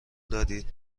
دارید